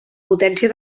potència